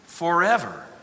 forever